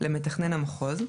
למתכנן המחוז,